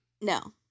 No